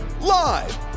live